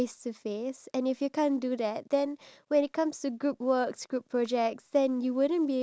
so like for example if I'm talking to you face to face and if you say something